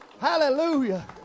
Hallelujah